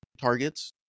targets